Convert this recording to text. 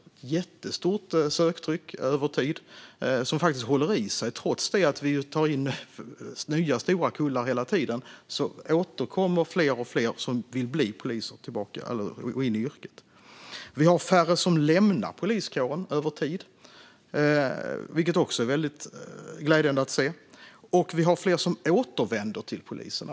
Det är jättestort söktryck över tid, som faktiskt håller i sig. Trots att vi hela tiden tar in stora nya kullar återkommer fler och fler som vill bli poliser och komma in i yrket. Vi har färre som lämnar poliskåren över tid, vilket också är glädjande att se, och vi har fler som återvänder till polisen.